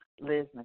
Liz